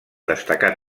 destacar